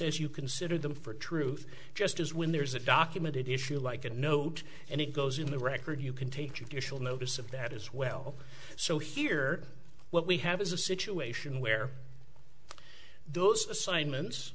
as you consider them for truth justice when there's a documented issue like a note and it goes in the record you can take judicial notice of that as well so here what we have is a situation where those assignments